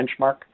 benchmark